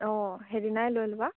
অঁ সেইদিনাই লৈ ল'বা